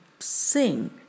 Sing